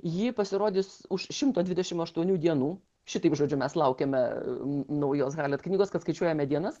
ji pasirodys už šimto dvidešim aštuonių dienų šitaip žodžiu mes laukiame naujos halet knygos kad skaičiuojame dienas